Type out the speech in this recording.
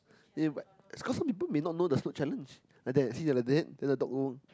eh but some people may not know the snoot challenge like that you see the like that dog go